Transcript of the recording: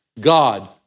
God